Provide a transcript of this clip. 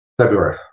February